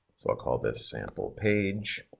so i call this sample page.